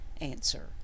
answer